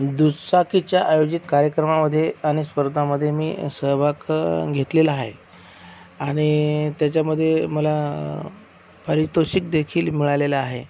दुचाकीच्या आयोजित कार्यक्रमामध्ये आणि स्पर्धामध्ये मी सहभाग घेतलेला आहे आणि त्याच्यामध्ये मला पारितोषिकदेखील मिळालेलं आहे